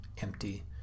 empty